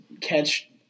catch